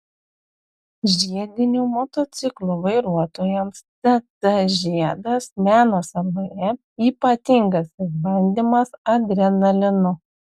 žiedinių motociklų vairuotojams tt žiedas meno saloje ypatingas išbandymas adrenalinu